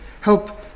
help